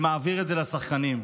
ומעביר את זה לשחקנים.